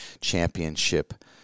championship